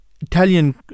Italian